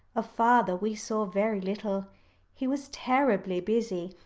of father we saw very little he was terribly busy.